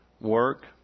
work